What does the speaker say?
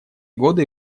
годы